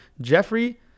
Jeffrey